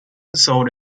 sold